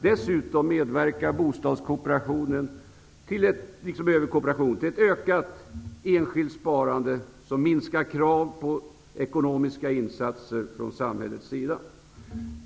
Dessutom medverkar bostadskooperationen liksom övrig kooperation till ett ökat enskilt sparande som minskar krav på ekonomiska insatser från samhällets sida.